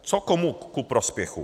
Co komu ku prospěchu?